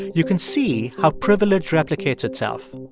you can see how privilege replicates itself.